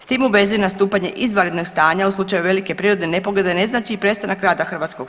S tim u vezi nastupanje izvanrednog stanja u slučaju velike prirodne nepogode ne znači i prestanak rada HS.